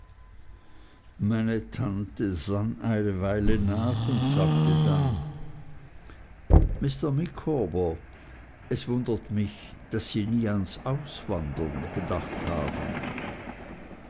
meine tante sann eine weile nach und sagte dann mr micawber es wundert mich daß sie nie ans auswandern gedacht haben